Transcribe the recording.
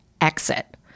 exit